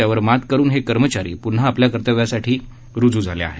त्यावर मात करून हे कर्मचारी पून्हा आपल्या कर्तव्यासाठी रूजू झाले आहेत